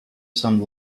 some